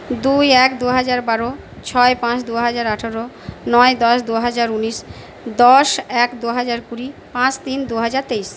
দুই এক দুহাজার বারো ছয় পাঁচ দুহাজার আঠেরো নয় দশ দুহাজার উনিশ দশ এক দুহাজার কুড়ি পাঁচ তিন দুহাজার তেইশ